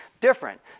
different